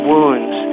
Wounds